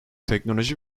teknoloji